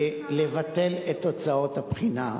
לבטל את תוצאות הבחינה.